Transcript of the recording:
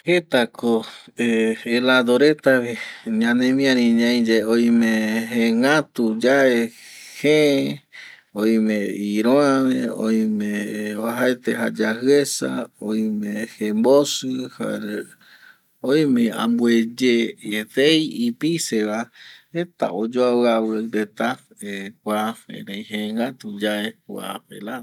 Jeta ko helado reta, ñanemiari ñai yae oime jëgatuyae, jë oime iro ave, oime vuajaete jayajɨ esa oime jembosɨ jare oime ambueye etei ipise va jeta oyoavɨ avɨ reta kua erei jegatu yae kuape helado